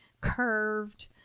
curved